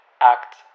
act